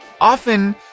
often